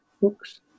books